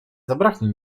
zabraknie